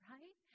Right